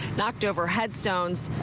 knocked over headstones,